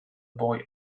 boy